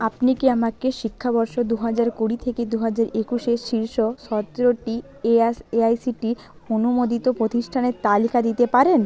আপনি কি আমাকে শিক্ষাবর্ষ দু হাজার কুড়ি থেকে দু হাজার একুশের শীর্ষ সতেরোটি এআস এআইসিটি অনুমোদিত প্রতিষ্ঠানের তালিকা দিতে পারেন